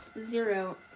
zero